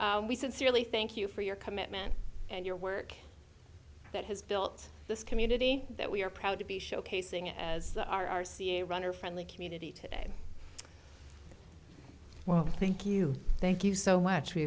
we sincerely thank you for your commitment and your work that has built this community that we are proud to be showcasing as our r c a runner friendly community today well thank you thank you so much we